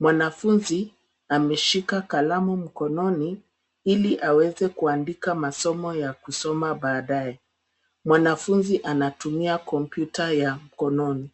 Mwanafunzi ameshika kalamu mkononi ili aweze kuandika masomo ya kusoma baadaye. Mwanafunzi anatumia kompyuta ya mkononi.